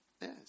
Yes